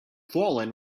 fallen